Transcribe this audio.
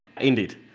indeed